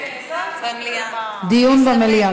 דיון במליאה.